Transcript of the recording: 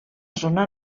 zona